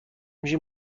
میشی